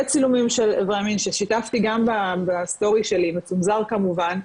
וצילומים אברי המין ששיתפתי גם בסטורי שלי מצונזר כמובן,